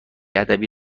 ادبی